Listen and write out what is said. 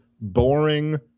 boring